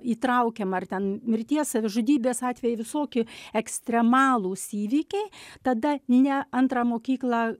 įtraukiama ar ten mirties savižudybės atvejai visoki ekstremalūs įvykiai tada ne antrą mokyklą